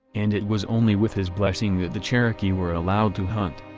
and it was only with his blessing that the cherokee were allowed to hunt.